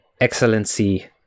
excellency